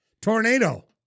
Tornado